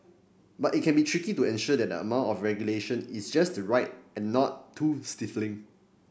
but it can be tricky to ensure that the amount of regulation is just right and not too stifling